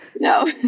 No